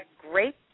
great